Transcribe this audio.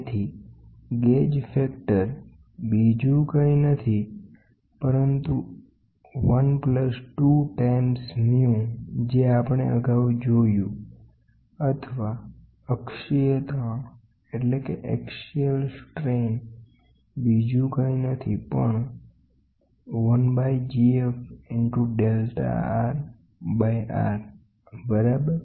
તેથી gauge factor બીજું કંઇ નથી પરંતુ 1 વત્તા 2 વાર muમુ જે આપણે અગાઉનું ડેરીવેશન જોયુ અથવા અક્ષીય સ્ટ્રેસએ બીજું કંઈ નહી પણ 1 divided by GF into delta R divided by R બરાબર